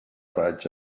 raig